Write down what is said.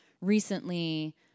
recently